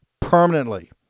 permanently